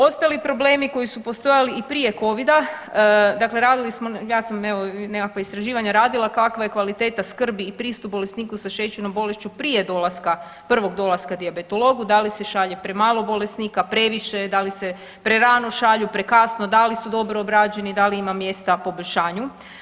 Ostali problemi koji su postojali i prije covida dakle radili smo, ja sam nekakva istraživanja radila kakva je kvaliteta skrbi i pristup bolesniku sa šećernom bolešću prije dolaska prvog dolaska dijabetologu, da li se šalje premalo bolesnika, previše, da li se prerano šalju, prekasno, da li su dobro obrađeni, da li ima mjesta poboljšanju.